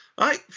Right